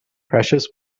precious